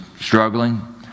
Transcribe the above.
struggling